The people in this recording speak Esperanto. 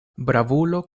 bravulo